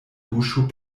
buŝo